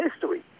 history